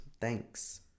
Thanks